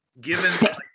given